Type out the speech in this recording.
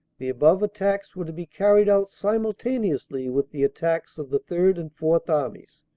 the above attacks were to be carried out simultaneously with the attacks of the third and fourth armies.